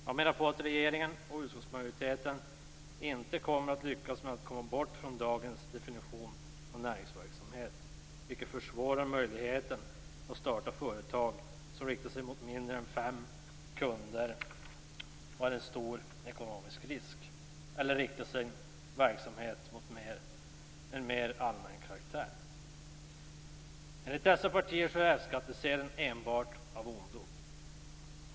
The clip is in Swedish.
Man menar att regeringen och utskottsmajoriteten inte kommer att lyckas med att komma bort från dagens definition av näringsverksamhet, vilken försvårar möjligheten att starta företag som riktar sig mot mindre än fem kunder och som inte innebär en stor ekonomisk risk eller som bedriver verksamhet av mer allmän karaktär. Enligt dessa partier är F-skattsedeln enbart av ondo.